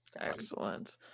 excellent